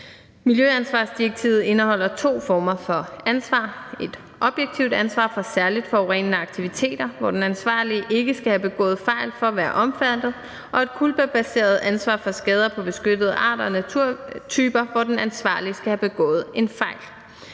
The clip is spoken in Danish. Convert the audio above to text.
Miljøansvarsdirektivet indeholder to former for ansvar, nemlig et objektivt ansvar for særlig forurenende aktiviteter, hvor den ansvarlige ikke skal have begået fejl for at være omfattet, og et culpabaseret ansvar for skader på beskyttede arter og naturtyper, hvor den ansvarlige skal have begået en fejl.